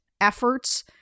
efforts